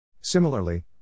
Similarly